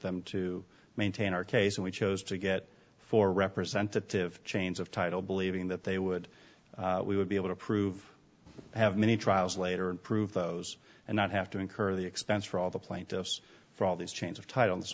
them to maintain our case and we chose to get four representative chains of title believing that they would we would be able to prove have many trials later and prove those and not have to incur the expense for all the plaintiffs for all these change of title and so